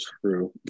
true